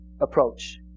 approach